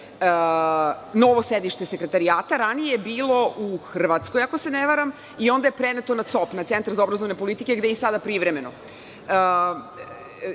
novo sedište Sekretarijata. Ranije je bilo u Hrvatskoj, ako se ne varam, i onda je preneto na COP, na Centar za obrazovne politike, gde je i sada privremeno.